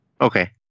Okay